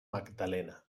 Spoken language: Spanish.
magdalena